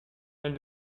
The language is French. elle